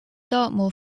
dartmoor